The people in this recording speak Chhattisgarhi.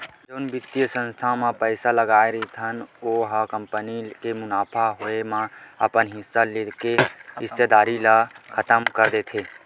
जउन बित्तीय संस्था ह पइसा लगाय रहिथे ओ ह कंपनी के मुनाफा होए म अपन हिस्सा ल लेके हिस्सेदारी ल खतम कर देथे